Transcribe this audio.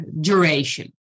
duration